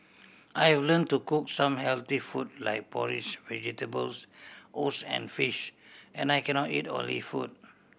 I have learn to cook some healthy food like porridge vegetables oats and fish and I cannot eat oily food